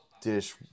dish